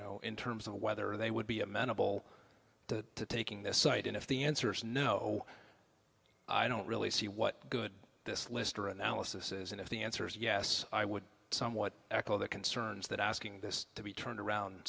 know in terms of whether they would be amenable to taking this site and if the answer is no i don't really see what good this list or analysis is and if the answer is yes i would somewhat echo the concerns that asking this to be turned around